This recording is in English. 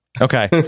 Okay